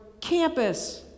campus